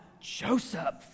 Joseph